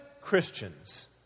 Christians